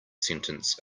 sentence